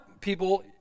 people